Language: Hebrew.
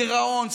גירעון,